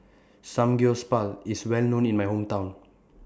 Samgyeopsal IS Well known in My Hometown